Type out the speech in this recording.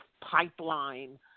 pipeline